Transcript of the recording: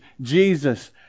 Jesus